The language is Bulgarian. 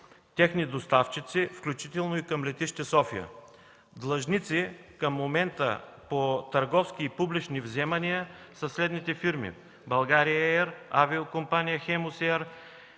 техни доставчици, включително и към летище София. Длъжници към момента по търговски и публични вземания са следните фирми: „България ер”, Авиокомпания „Хемус ер”,